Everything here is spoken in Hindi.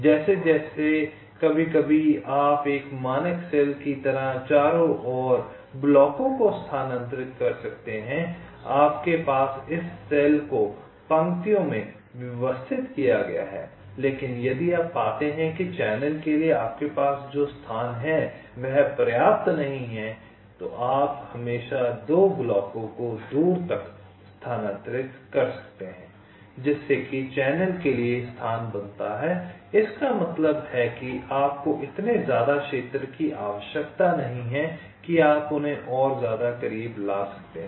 जैसे कभी कभी आप एक मानक सेल की तरह चारों ओर ब्लॉकों को स्थानांतरित कर सकते हैं आपके पास इस सेल को पंक्तियों में व्यवस्थित किया गया है लेकिन यदि आप पाते हैं कि चैनल के लिए आपके पास जो स्थान है वह पर्याप्त नहीं है तो आप हमेशा 2 ब्लॉकों को दूर तक स्थानांतरित कर सकते हैं जिससे कि चैनल के लिए स्थान बनता है इसका मतलब है कि आपको इतने ज़्यादा क्षेत्र की आवश्यकता नहीं है कि आप उन्हें और ज़्यादा करीब ला सकते हैं